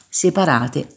separate